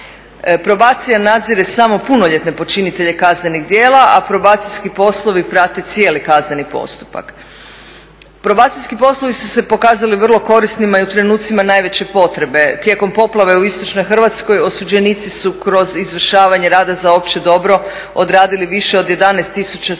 Probacija nadzire samo punoljetne počinitelje kaznenih djela, a probacijski poslovi prate cijeli kazneni postupak. Probacijski poslovi su se pokazali vrlo korisnima i u trenucima najveće potrebe. Tijekom poplave u istočnoj Hrvatskoj osuđenici su kroz izvršavanje rada za opće dobro odradili više od 11 000 sati